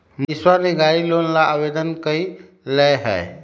मनीषवा ने गाड़ी लोन ला आवेदन कई लय है